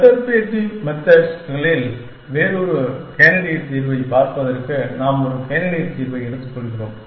perturbative மெத்தெட்ஸ்களில் வேறொரு candidate தீர்வைப் பார்ப்பதற்கு நாம் ஒரு கேண்டிடேட் தீர்வை எடுத்துக்கொள்கிறோம்